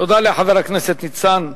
תודה לחבר הכנסת ניצן הורוביץ.